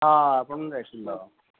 अपॉयणमॅण जाय आशिल्लो